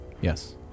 Yes